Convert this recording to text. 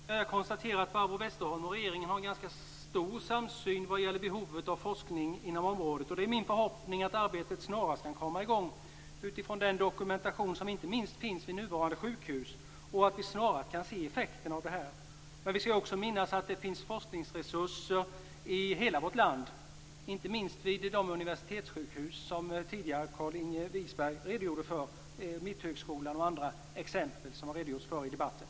Fru talman! Jag konstaterar att Barbro Westerholm och regeringen har en ganska stor samsyn vad gäller behovet av forskning inom området. Det är min förhoppning att arbetet snarast kan komma i gång utifrån den dokumentation som inte minst finns vid nuvarande sjukhus och att vi snart kan se effekterna av det här. Men vi skall också minnas att det finns forskningsresurser i hela vårt land, inte minst vid de universitetssjukhus som tidigare Carlinge Wisberg redogjorde för - Mitthögskolan och andra exempel som redogjorts för i debatten.